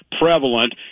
prevalent